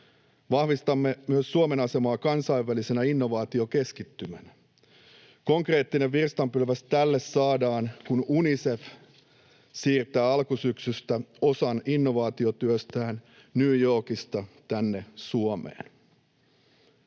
Vahvistamme myös Suomen asemaa kansainvälisenä innovaatiokeskittymänä. Konkreettinen virstanpylväs tälle saadaan, kun Unicef siirtää alkusyksystä osan innovaatiotyöstään New Yorkista tänne Suomeen.